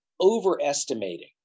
overestimating